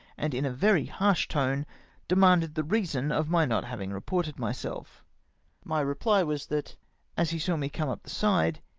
and in a very harsh tone demanded the reason of my not having reported myself my reply was, that as he saw me come up the side,